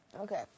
Okay